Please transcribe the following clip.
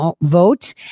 vote